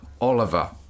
Oliver